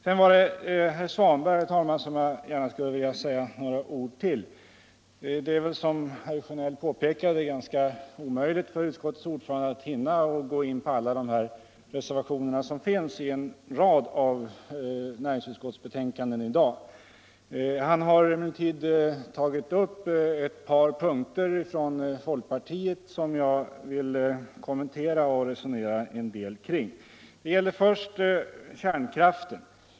Sedan skulle jag gärna vilja säga några ord till herr Svanberg. Det är väl som herr Sjönell påpekade ganska omöjligt för utskottets ordförande att hinna att gå in på alla de reservationer som finns i de näringsutskottets betänkanden som vi behandlar i dag. Han har emellertid tagit upp ett par punkter från folkpartiet som jag vill kommentera och resonera en del kring. Det gäller först kärnkraften.